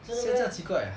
真的 meh